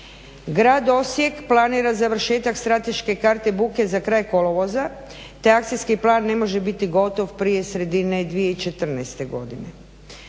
Grad Osijek planira završetak strateške karte buke za kraj kolovoza, te akcijski plan ne može biti gotov prije sredine 2014. godine.